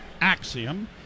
axiom